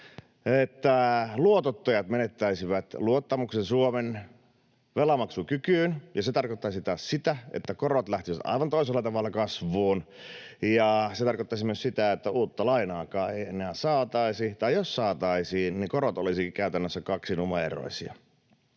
että luotottajat menettäisivät luottamuksen Suomen velanmaksukykyyn, ja se tarkoittaisi taas sitä, että korot lähtisivät aivan toisella tavalla kasvuun, ja se tarkoittaisi myös sitä, että uutta lainaakaan ei enää saataisi tai jos saataisiin, niin korot olisivatkin käytännössä kaksinumeroisia.